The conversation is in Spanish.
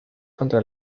contra